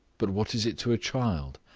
but what is it to a child?